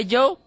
Joe